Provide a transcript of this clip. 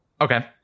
Okay